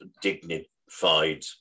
dignified